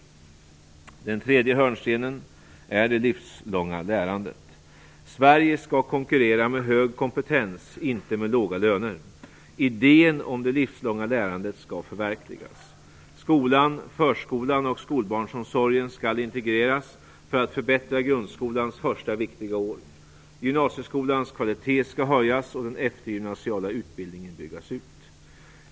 Den tredje hörnstenen är det livslånga lärandet. Sverige skall konkurrera med hög kompetens, inte med låga löner. Idén om det livslånga lärandet skall förverkligas. Skolan, förskolan och skolbarnomsorgen skall integreras för att förbättra grundskolans första viktiga år. Gymnasieskolans kvalitet skall höjas och den eftergymnasiala utbildningen byggas ut.